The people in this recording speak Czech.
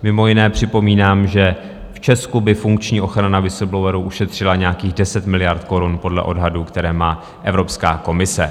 Mimo jiné připomínám, že v Česku by funkční ochrana whistleblowerů ušetřila nějakých 10 miliard korun podle odhadů, které má Evropská komise.